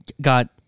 got